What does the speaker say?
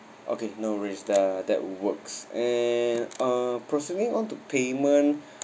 okay no worries uh that works and uh proceeding on to payment